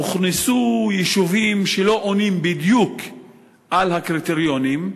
הוכנסו יישובים שלא מתאימים בדיוק לקריטריונים?